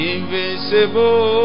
Invincible